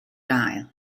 gael